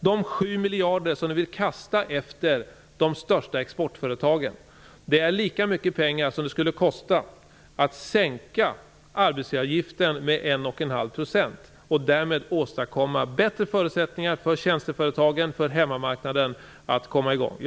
De 7 miljarder som ni vill kasta efter de största exportföretagen är lika mycket pengar som det skulle kosta att sänka arbetsgivaravgiften med 1,5 % och därmed åstadkomma bättre förutsättningar för tjänsteföretagen och för hemmamarknaden att komma i gång.